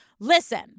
Listen